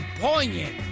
Poignant